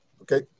Okay